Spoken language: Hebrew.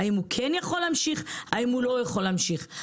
האם הוא כן יכול להמשיך לנהוג או לא יכול להמשיך לנהוג.